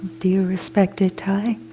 dear respected thay,